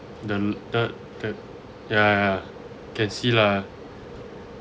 then th~ th~ ya ya can see lah